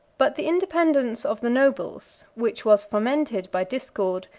but the independence of the nobles, which was fomented by discord,